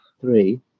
three